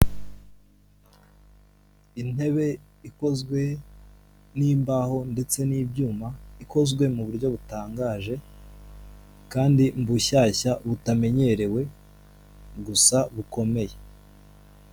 Intebe ikozwe n'imbaho ndetse n'ibyuma, ikozwe mu buryo butangaje kandi bushyashya butamenyerewe gusa bukomeye.